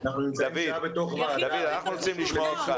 אנחנו רוצים לשמוע אותך,